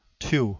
two